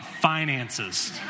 finances